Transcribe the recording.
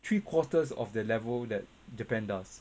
three quarters of the level that japan does